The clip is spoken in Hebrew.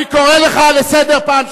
אני קורא אותך לסדר פעם שלישית.